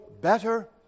better